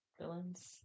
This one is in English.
Villains